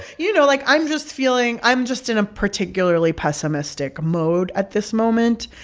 you know, like, i'm just feeling i'm just in a particularly pessimistic mode at this moment.